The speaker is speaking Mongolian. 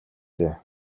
дээ